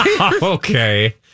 Okay